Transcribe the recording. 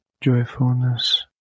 joyfulness